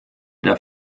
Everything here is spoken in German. der